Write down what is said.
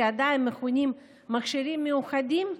שעדיין מכונים "מכשירים מיוחדים",